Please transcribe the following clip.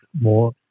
more